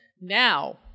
now